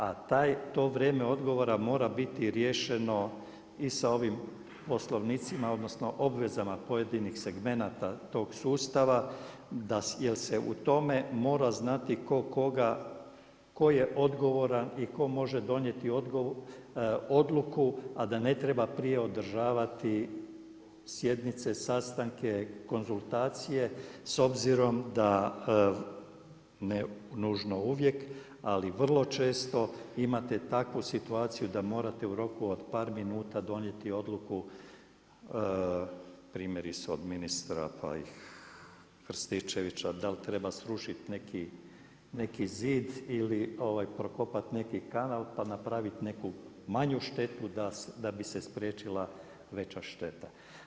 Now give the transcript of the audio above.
A to vrijeme odgovora mora biti riješeno i sa ovim poslovnicima odnosno obvezama pojedinih segmenata tog sustava jer se u tome mora znati tko koga, tko je odgovoran i tko može donijeti odluku a da ne treba prije održavati sjednice, sastanke, konzultacije s obzirom da, ne nužno uvijek, ali vrlo često imate takvu situaciju da morate u roku od par minuta donijeti odluku, primjerice od ministra Krstičevića da li treba srušiti neki zid ili prokopati neki kanal pa napraviti neku manju štetu da bi se spriječila veća šteta.